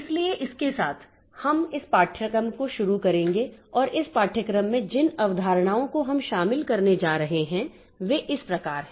इसलिए इसके साथ हम इस पाठ्यक्रम को शुरू करेंगे और इस पाठ्यक्रम में जिन अवधारणाओं को हम शामिल करने जा रहे हैं वे इस प्रकार हैं